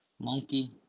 Monkey